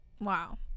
Wow